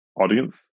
audience